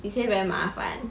she say very 麻烦